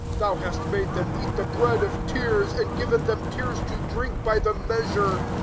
thou hast made them eat the bread of tears, and given them tears to drink by the measure.